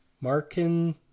Markin